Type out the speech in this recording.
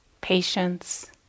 patience